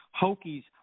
Hokies